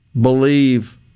believe